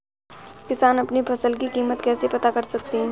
किसान अपनी फसल की कीमत कैसे पता कर सकते हैं?